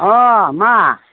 अ मा